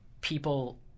people